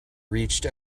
reached